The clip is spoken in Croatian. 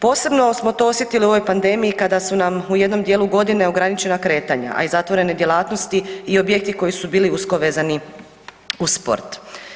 Posebno smo to osjetili u ovoj pandemiji kada su nam u jednom dijelu godina ograničena kretanja, a i zatvorene djelatnosti i objekti koji su bili usko vezani uz sport.